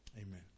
Amen